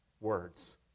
words